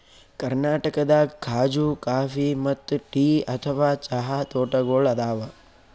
ಕರ್ನಾಟಕದಾಗ್ ಖಾಜೂ ಕಾಫಿ ಮತ್ತ್ ಟೀ ಅಥವಾ ಚಹಾ ತೋಟಗೋಳ್ ಅದಾವ